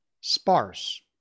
sparse